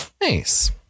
Nice